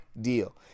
deal